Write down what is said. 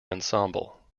ensemble